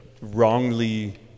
wrongly